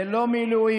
זה לא מאלוהים,